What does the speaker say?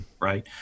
Right